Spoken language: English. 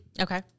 Okay